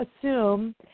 assume